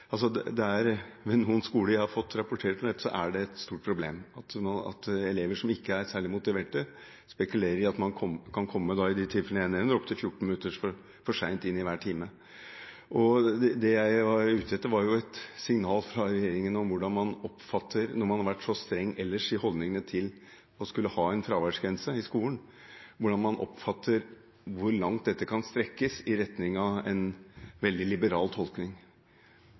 stort problem at elever som ikke er særlig motiverte, spekulerer i at man kan komme – som i de tilfellene jeg har nevnt – opptil 14 minutter for sent inn i hver time. Jeg er ute etter et signal fra regjeringen om hvordan man oppfatter – når man ellers har vært så streng i holdningene til å ha en fraværsgrense i skolen – hvor langt dette kan strekkes i retning av en veldig liberal tolkning.